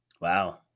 Wow